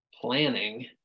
planning